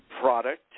product